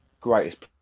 greatest